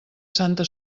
santa